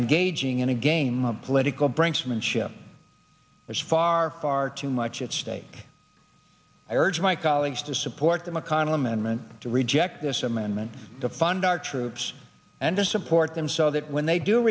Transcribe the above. engaging in a game of political brinksmanship was far far too much at stake i urge my colleagues to support the mcconnell amendment to reject this amendment to fund our troops and or support them so that when they do